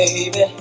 Baby